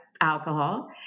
alcohol